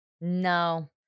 No